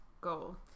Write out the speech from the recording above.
goal